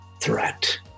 threat